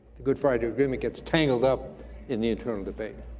the good friday agreement gets tangled up in the internal debate.